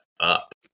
up